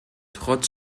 trotz